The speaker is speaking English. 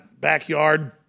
backyard